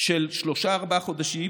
של שלושה-ארבעה חודשים,